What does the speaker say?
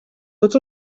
tots